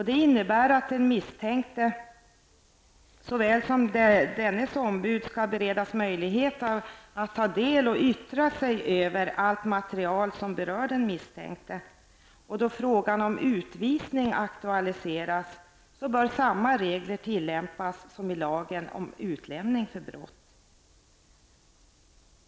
Det innebär att den misstänkte såväl som dennes ombud skall beredas möjlighet att ta del av och yttra sig över allt material som berör den misstänkte. Då frågan om utvisning aktualiseras bör samma regler tillämpas som enligt lagen gäller för utlämning för brott.